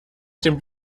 dem